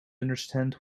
understand